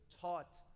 taught